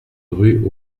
rue